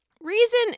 reason